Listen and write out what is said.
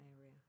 area